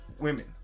women